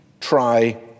try